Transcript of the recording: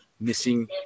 missing